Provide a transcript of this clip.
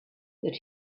that